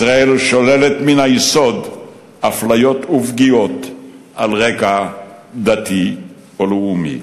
ישראל שוללת מן היסוד אפליות ופגיעות על רקע דתי או לאומי.